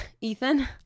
Ethan